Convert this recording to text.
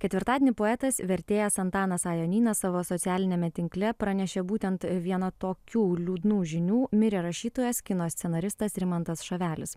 ketvirtadienį poetas vertėjas antanas a jonynas savo socialiniame tinkle pranešė būtent vieną tokių liūdnų žinių mirė rašytojas kino scenaristas rimantas šavelis